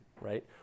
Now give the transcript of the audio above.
right